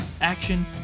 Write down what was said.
action